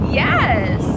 yes